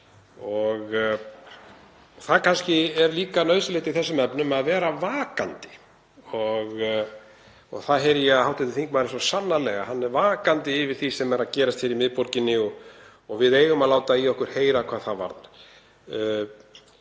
Það er kannski líka nauðsynlegt í þessum efnum að vera vakandi og það heyri ég að hv. þingmaður er svo sannarlega, hann er vakandi yfir því sem er að gerast hér í miðborginni og við eigum að láta í okkur heyra hvað það varðar.